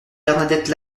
bernadette